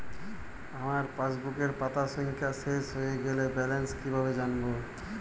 আমার পাসবুকের পাতা সংখ্যা শেষ হয়ে গেলে ব্যালেন্স কীভাবে জানব?